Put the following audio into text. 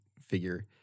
figure